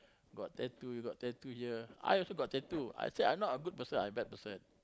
got tattoo you got tattoo here I also got tattoo I said I'm not a good person I bad person